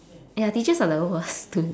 ya teachers are the worst to